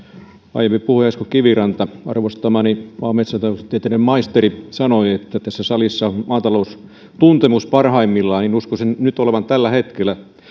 aiempi puhuja esko kiviranta arvostamani maa ja metsätaloustieteiden maisteri sanoi tässä salissa ei ole maataloustuntemus parhaimmillaan mutta uskoisin sen nyt olevan tällä hetkellä